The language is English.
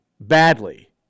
badly